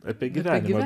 apie gyvenimą